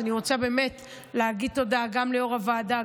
אז אני רוצה באמת להגיד תודה גם ליו"ר הוועדה,